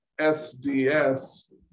SDS